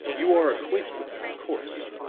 you are acquainted with them, of course.